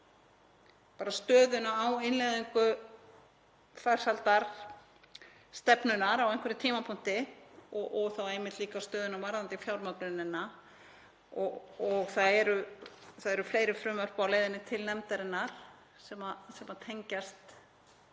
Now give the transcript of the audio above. fyrir stöðuna á innleiðingu farsældarstefnunnar á einhverjum tímapunkti og þá einmitt líka stöðuna varðandi fjármögnunina. Það eru fleiri frumvörp á leiðinni til nefndarinnar sem tengjast